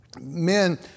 Men